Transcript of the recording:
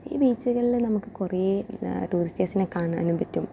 ഈ ബീച്ചുകളിൽ നമുക്ക് കുറേ ടൂറിസ്റ്റേഴ്സിനെ കാണാനും പറ്റും